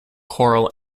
coral